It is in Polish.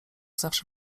zawsze